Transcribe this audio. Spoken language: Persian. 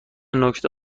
نکته